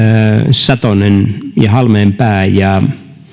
satonen ja halmeenpää ja